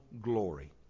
glory